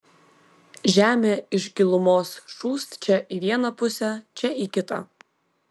žemė iš gilumos šūst čia į vieną pusę čia į kitą